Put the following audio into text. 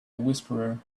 whisperer